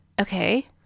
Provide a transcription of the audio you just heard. Okay